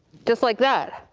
just like that.